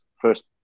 first